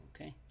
Okay